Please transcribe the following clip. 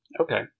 Okay